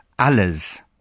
alles